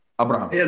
Abraham